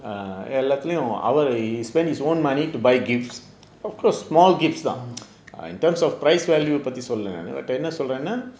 mm